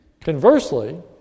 Conversely